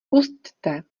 pusťte